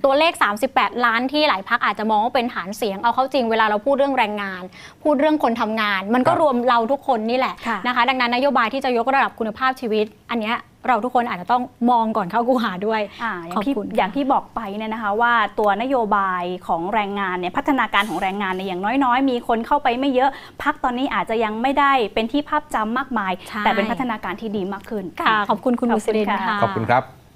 ตัวเลข 38 ล้านที่หลายพรรคอาจจะมองว่าเป็นฐานเสียง เอาเข้าจริงเวลาเราพูดเรื่องแรงงาน พูดเรื่องคนทำงาน มันก็ครับรวมเราทุกคนนี่แหละค่ะนะคะ ดังนั้นนโยบายที่จะยกระดับคุณภาพชีวิต อันเนี้ยเราทุกคนอาจจะต้องมองก่อนเข้าคูหาด้วยอ่า อย่างที่-ขอบคุณค่ะอย่างที่บอกไปเนี่ยนะคะ ว่าตัวนโยบายของแรงงานเนี่ย พัฒนาการของแรงงานเนี่ย อย่างน้อย ๆ มีคนเข้าไปไม่เยอะ พรรคตอนนี้อาจจะยังไม่ได้เป็นที่ภาพจำมากมาย แต่เป็นใช่พัฒนาการที่ดีมากขึ้นค่ะค่ะ ขอบคุณคุณขอบคุณค่ะอูซิเรนค่ะขอบคุณครับ